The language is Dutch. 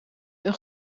een